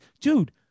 dude